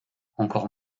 encore